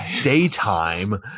daytime